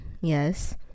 Yes